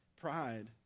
pride